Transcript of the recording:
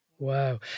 Wow